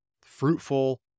fruitful